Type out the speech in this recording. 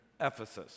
Ephesus